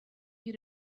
you